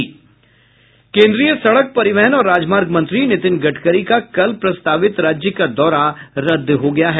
केन्द्रीय सड़क परिवहन और राजमार्ग मंत्री नितिन गडकरी का कल प्रस्तावित राज्य का दौरा रद्द हो गया है